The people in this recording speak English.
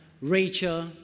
Rachel